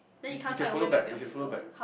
y~ you can follow back you can follow back